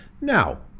Now